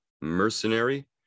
mercenary